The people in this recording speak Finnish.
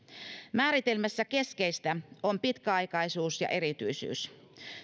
määritelmässä keskeistä on pitkäaikaisuus ja erityisyys